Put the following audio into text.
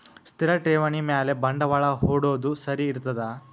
ಸ್ಥಿರ ಠೇವಣಿ ಮ್ಯಾಲೆ ಬಂಡವಾಳಾ ಹೂಡೋದು ಸರಿ ಇರ್ತದಾ?